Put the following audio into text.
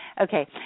Okay